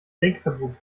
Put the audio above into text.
denkverbot